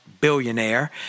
billionaire